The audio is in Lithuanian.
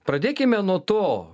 pradėkime nuo to